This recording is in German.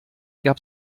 gab